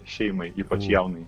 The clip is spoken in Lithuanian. šeimai ypač jaunai